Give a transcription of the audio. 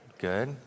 Good